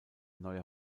neuer